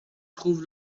trouve